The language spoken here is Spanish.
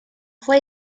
fue